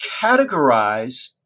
categorize